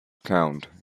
count